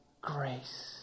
Grace